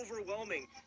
overwhelming